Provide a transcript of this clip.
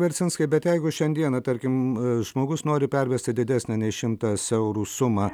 vercinskai bet jeigu šiandieną tarkim žmogus nori pervesti didesnę nei šimtas eurų sumą